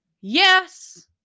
Yes